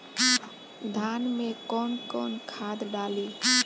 धान में कौन कौनखाद डाली?